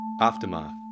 Aftermath